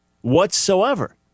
whatsoever